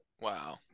Wow